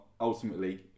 ultimately